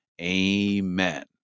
Amen